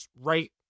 right